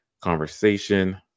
conversation